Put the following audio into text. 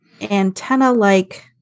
antenna-like